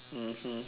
mmhmm